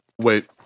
wait